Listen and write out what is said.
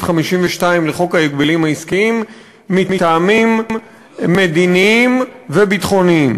52 לחוק ההגבלים העסקיים מטעמים מדיניים וביטחוניים.